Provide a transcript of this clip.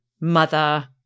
mother